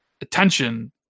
attention